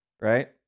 right